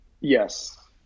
yes